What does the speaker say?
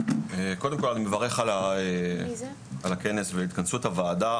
קודם כל אני מברך על הכנס והתכנסות הוועדה.